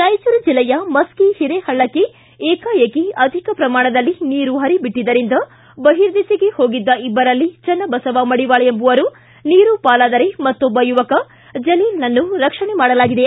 ರಾಯಚೂರು ಜಿಲ್ಲೆಯ ಮಶ್ಕಿ ಹಿರೇಹಳ್ಳಕ್ಕೆ ಏಕಾಏಕಿ ಅಧಿಕ ಪ್ರಮಾಣದಲ್ಲಿ ನೀರು ಪರಿಬಿಟ್ಟಿದ್ದರಿಂದ ಬಹಿರ್ದೆಸೆಗೆ ಹೋಗಿದ್ದ ಇಬ್ಬರಲ್ಲಿ ಚನ್ನಬಸವ ಮಡಿವಾಳ ಎಂಬುವರು ನೀರು ಪಾಲಾದರೇ ಮತ್ತೊಬ್ಬ ಯುವಕ ಜಲೀಲ್ನನ್ನು ರಕ್ಷಣೆ ಮಾಡಲಾಗಿದೆ